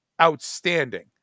outstanding